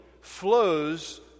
flows